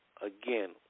again